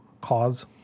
cause